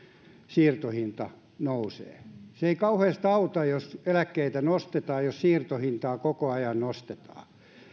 siirtohinta nousee se ei kauheasti auta jos eläkkeitä nostetaan jos siirtohintaa koko ajan nostetaan